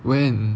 when